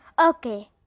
Okay